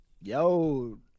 Yo